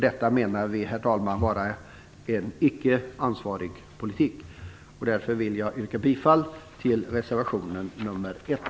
Vi menar, herr talman, att detta är en icke ansvarig politik. Därför vill jag yrka bifall till reservation nr 1.